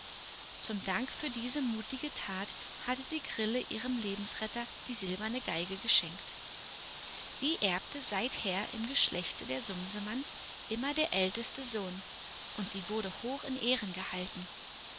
zum dank für diese mutige tat hatte die grille ihrem lebensretter die silberne geige geschenkt die erbte seither im geschlechte der sumsemanns immer der älteste sohn und sie wurde hoch in ehren gehalten